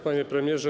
Panie Premierze!